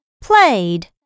Played